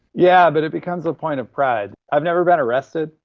yeah but it becomes a point of pride. i've never been arrested.